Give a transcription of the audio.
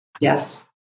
Yes